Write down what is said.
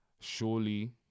Surely